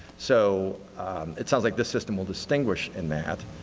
so it sounds like this system will distinguish in that.